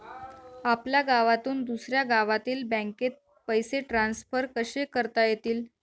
आपल्या गावातून दुसऱ्या गावातील बँकेत पैसे ट्रान्सफर कसे करता येतील?